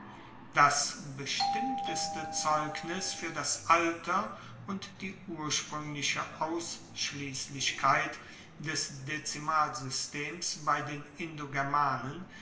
das bestimmteste zeugnis fuer das alter und die urspruengliche ausschliesslichkeit des dezimalsystems bei den